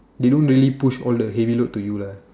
you don't really push all the heavy load to you lah